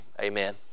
Amen